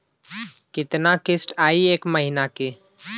कितना किस्त आई एक महीना के?